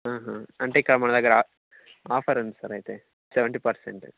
అంటే ఇక్కడ మా దగ్గర ఆఫర్ ఉంది సార్ అయితే సెవెంటీ పర్సెంటు